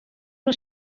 nhw